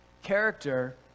Character